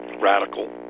radical